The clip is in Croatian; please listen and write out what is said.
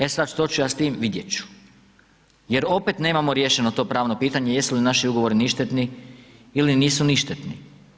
E sad, što ću ja s tim, vidjet ću jer opet nemamo riješeno to pravno pitanje jer su li naši ugovori ništetni ili nisu ništetni.